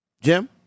Jim